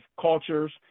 cultures